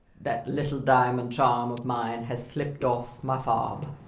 that little diamond charm of mine has slipped off my fob.